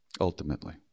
Ultimately